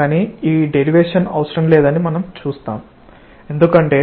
కానీ ఈ డెరివేషన్ అవసరం లేదని మనం చూస్తాము ఎందుకంటే